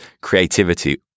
creativity